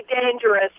dangerous